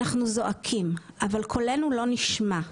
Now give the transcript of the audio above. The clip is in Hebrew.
אנחנו זועקים אבל קולנו לא נשמע.